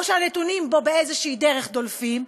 או הנתונים בו באיזושהי דרך דולפים,